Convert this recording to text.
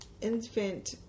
infant